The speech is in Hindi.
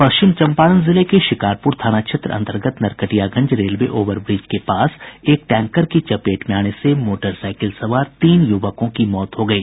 पश्चिम चम्पारण जिले के शिकारपुर थाना क्षेत्र अन्तर्गत नरकटियागंज रेलवे ओवर ब्रिज के पास एक टैंकर की चपेट में आने से मोटरसाईकिल सवार तीन युवकों की मौत हो गयी